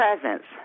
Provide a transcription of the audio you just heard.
presence